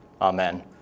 Amen